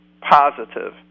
positive